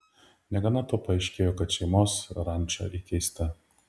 negana to paaiškėjo kad šeimos ranča įkeista